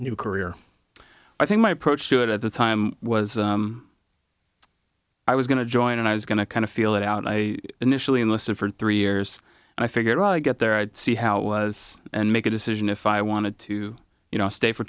new career i think my approach to it at the time was i was going to join and i was going to kind of feel it out i initially enlisted for three years and i figure i get there i'd see how it was and make a decision if i wanted to you know stay for